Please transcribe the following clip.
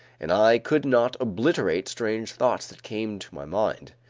and i could not obliterate strange thoughts that came to my mind.